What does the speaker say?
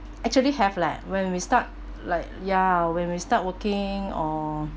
actually have leh when we start like ya when we start working or